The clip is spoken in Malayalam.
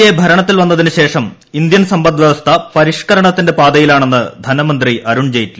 എ ഭരണത്തിൽ വന്നതിനുശേഷം ഇന്ത്യൻ സമ്പദ് വൃവസ്ഥ പരിഷ്കരണത്തിന്റെ പാതയിലാണെന്ന് ധനമന്ത്രി അരുൺ ജെയ്റ്റ്ലി